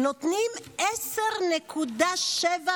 אחת ניזוקה משמעותית.